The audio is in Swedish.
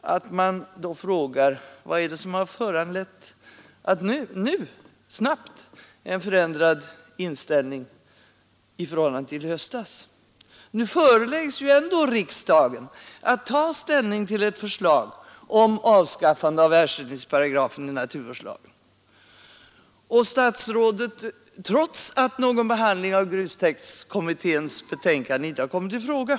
att man då frågar vad som har föranlett den i förhållande till i höstas snabbt förändrade inställningen. Nu föreläggs ändå riksdagen ett förslag om avskaffande av ersättningsparagrafen i naturvårdslagen, trots att någon behandling av grustäktskommitténs betänkande inte har kommit i fråga.